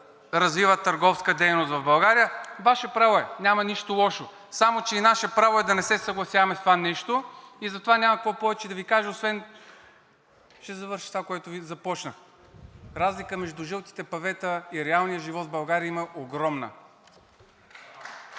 развиват търговска дейност в България. Ваше право е, няма нищо лошо, само че и наше право е да не се съгласяваме с това нещо и затова няма какво повече да Ви кажа освен… Ще завърша с това, с което и започнах. Разлика между жълтите павета и реалния живот в България има огромна.